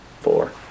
four